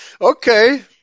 Okay